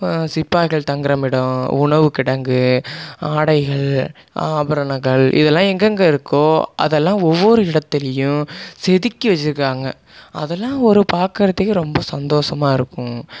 சிப்பாய்கள் தங்கும் இடம் உணவுக்கிடங்கு ஆடைகள் ஆபரணங்கள் இதல்லாம் எங்கெங்கே இருக்கோ அதல்லாம் ஒவ்வொரு இடத்துலேயும் செதுக்கி வைச்சிருக்காங்க அதல்லாம் ஒரு பாக்கிறதுக்கே ரொம்ப சந்தோஷமாக இருக்கும்